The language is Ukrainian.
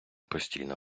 постійно